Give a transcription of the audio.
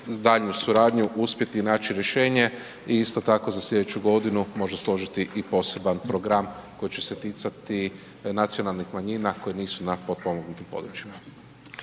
daljnju suradnju uspjeti naći rješenje i isto tako za sljedeću godinu možda složiti i poseban program koji će se ticati nacionalnih manjina koje nisu na potpomognutim područjima.